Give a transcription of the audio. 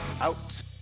out